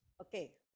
Okay